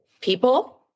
people